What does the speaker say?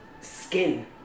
skin